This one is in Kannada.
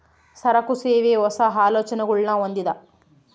ಸರಕು, ಸೇವೆ, ಹೊಸ, ಆಲೋಚನೆಗುಳ್ನ ಹೊಂದಿದ